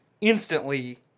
instantly